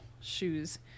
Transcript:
shoes